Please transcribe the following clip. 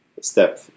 step